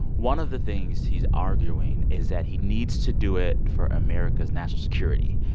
one of the things he's arguing is that he needs to do it for america's national security,